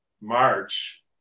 March